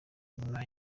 nyuma